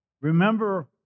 remember